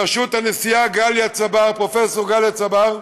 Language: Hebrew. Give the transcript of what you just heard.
בראשות הנשיאה פרופ' גליה צבר,